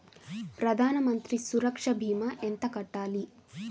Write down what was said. ప్రధాన మంత్రి సురక్ష భీమా ఎంత కట్టాలి?